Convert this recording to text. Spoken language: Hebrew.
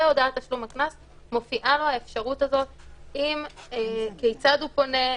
בהודעת תשלום הקנס מופיעה לו האפשרות כיצד הוא פונה,